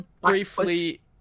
briefly